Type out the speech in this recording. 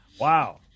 Wow